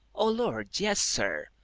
o lord, yes, sir!